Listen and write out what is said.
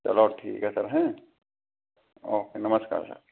चलो ठीक है सर हैं ओके नमस्कार सर